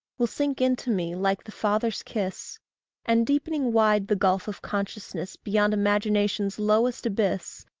will sink into me like the father's kiss and deepening wide the gulf of consciousness beyond imagination's lowest abyss,